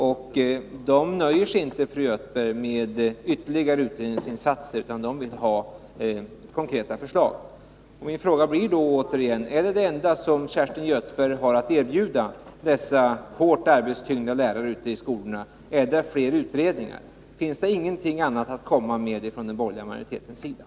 I skolorna nöjer man sig inte, fru Göthberg, med ytterligare utredningsinsatser, utan man vill ha konkreta förslag. Min fråga blir då återigen: Är fler utredningar det enda som Kerstin Göthberg har att erbjuda dessa hårt arbetstyngda lärare ute i skolorna? Finns det ingenting annat att komma med från den borgerliga sidan?